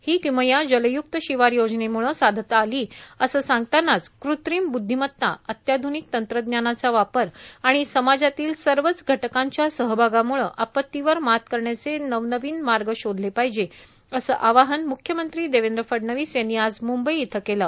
ही किमया जलय्क्त शिवार योजनेमुळ साधता आली असं सांगतानाच कृत्रिम बुद्धीमत्ता अत्याधुनिक तंत्रज्ञानाचा वापर आणि समाजातील सर्वच घटकांच्या सहभागामुळ आपत्तीवर मात करण्याचे नवनवीन मार्ग शोधले पाहिजे असं आवाहन म्ख्यमंत्री देवेंद्र फडणवीस यांनी आज म्ंबई इथं केलं